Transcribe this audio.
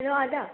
हेल' आदा